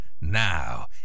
Now